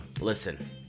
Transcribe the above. listen